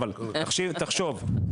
תחשוב,